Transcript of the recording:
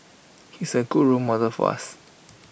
he's A good role model for us